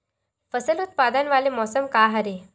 फसल उत्पादन वाले मौसम का हरे?